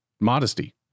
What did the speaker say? modesty